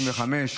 135),